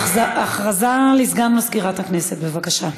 הודעה לסגן מזכירת הכנסת, בבקשה.